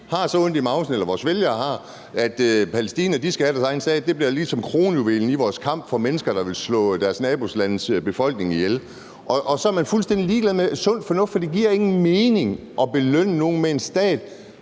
har så ondt i mavsen, eller vores vælgere har, at Palæstina skal have deres egen stat. Det bliver ligesom bliver kronjuvelen i den kamp for mennesker, der vil slå deres nabolandes befolkninger ihjel, og så er man fuldstændig ligeglad med sund fornuft, for det giver ingen mening at belønne nogen med en stat